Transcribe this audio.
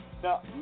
Now